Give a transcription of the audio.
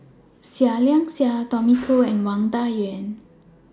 Seah Liang Seah Tommy Koh and Wang Dayuan